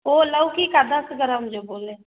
वो लौकी का दस ग्राम जो बोले